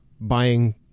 buying